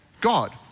God